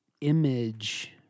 image